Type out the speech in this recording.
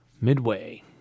Midway